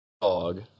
dog